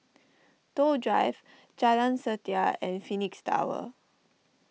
Toh Drive Jalan Setia and Phoenix Tower